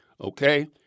okay